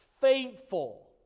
faithful